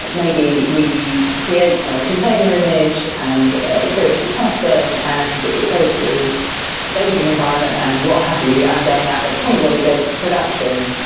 maybe we create a container image and it goes through testing and it goes through staging environment and what have you, and then at the point where we go to production,